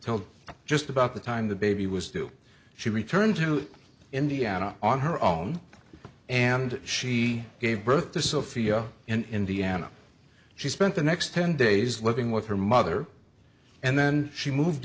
told just about the time the baby was due she returned to indiana on her own and she gave birth to sophia in indiana she spent the next ten days living with her mother and then she moved